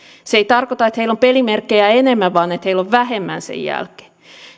se ei tarkoita että heillä on pelimerkkejä enemmän vaan että heillä on vähemmän sen jälkeen